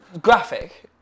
Graphic